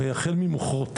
הרי החל ממחורתים,